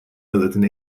militant